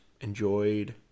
enjoyed